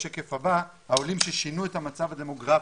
העולים ששינו את המצב הדמוגרפי,